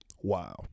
wow